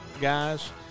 guys